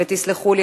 ותסלחו לי,